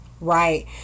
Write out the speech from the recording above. right